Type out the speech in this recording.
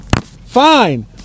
Fine